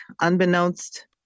Unbeknownst